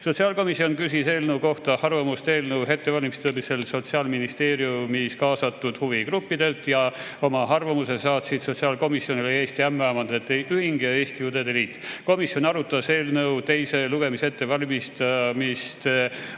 Sotsiaalkomisjon küsis eelnõu kohta arvamust eelnõu ettevalmistamisel Sotsiaalministeeriumis kaasatud huvigruppidelt. Oma arvamuse saatsid sotsiaalkomisjonile Eesti Ämmaemandate Ühing ja Eesti Õdede Liit. Komisjon arutas eelnõu teise lugemise ettevalmistamist